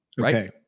Okay